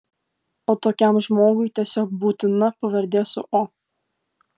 o tokiam žmogui tiesiog būtina pavardė su o